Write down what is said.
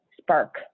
spark